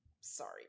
sorry